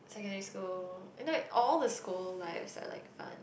secondary school eh no all the school lives are like fun